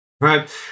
Right